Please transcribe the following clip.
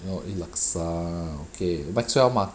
no eat laksa okay maxwell mah